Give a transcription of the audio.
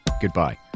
goodbye